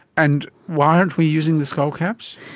and why aren't we using the skull caps?